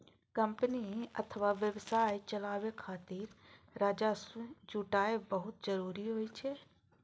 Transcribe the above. company अथवा व्यवसाय चलाबै खातिर राजस्व जुटायब बहुत जरूरी होइ छै